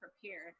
prepared